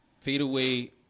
fadeaway